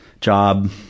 job